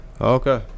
Okay